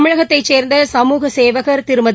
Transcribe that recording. தமிழகத்தைசேர்ந்த சமூக சேவகள் திருமதி